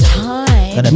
time